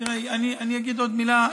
אני אגיד עוד מילה,